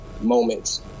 moments